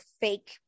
fake